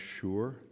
sure